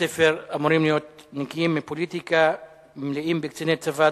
בתי-הספר אמורים להיות נקיים מפוליטיקה ומלאים בקציני צבא,